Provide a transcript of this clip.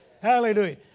Hallelujah